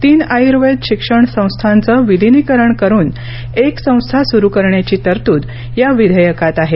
तीन आयुर्वेद शिक्षण संस्थांचं विलीनीकरण करुन एक संस्था सुरू करण्याची तरतूद या विधेयकात आहे